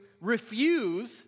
refuse